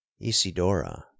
Isidora